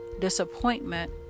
disappointment